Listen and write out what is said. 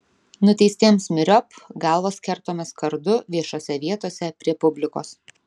nuteistiems myriop galvos kertamos kardu viešose vietose prie publikos